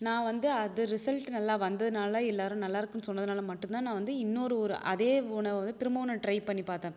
நான் வந்து அது ரிசல்ட் நல்லா வந்ததுனால எல்லாரும் நல்லாருக்குன்னு சொன்னதுனால மட்டும் தான் நான் வந்து இன்னொரு ஒரு அதே உணவவை வந்து திரும்பவும் நான் ட்ரை பண்ணிப் பார்த்தேன்